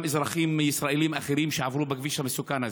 וגם אזרחים ישראלים אחרים שעברו בכביש המסוכן הזה.